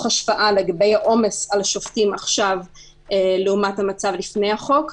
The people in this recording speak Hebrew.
השוואה לגבי העומס על שופטים עכשיו לעומת המצב לפני החוק.